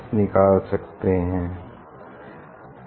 इससे हम निकाल सकते हैं 2 t Dn स्क्वायर 4R है